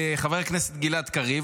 חבר הכנסת גלעד קריב,